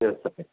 చెప్పండి